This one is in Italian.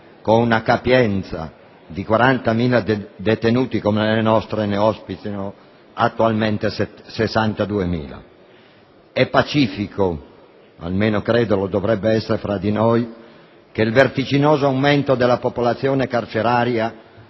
con una capienza di 40.000 detenuti, come le nostre, ne ospitino attualmente 62.000. È pacifico, almeno credo lo dovrebbe essere tra di noi, che il vertiginoso aumento della popolazione carceraria